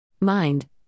Mind